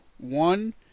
one